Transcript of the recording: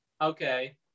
okay